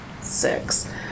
Six